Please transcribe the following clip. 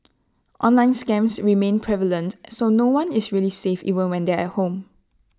online scams remain prevalent so no one is really safe even when they're at home